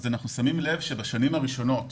אנחנו שמים לב שבשנים הראשונות,